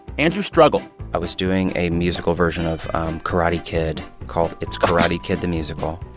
andrew struggled i was doing a musical version of karate kid called it's karate, kid the musical.